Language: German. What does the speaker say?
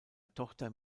tochter